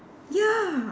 ya